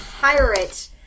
pirate